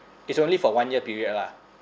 it's only for one year period lah